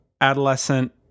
adolescent